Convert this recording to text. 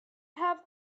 have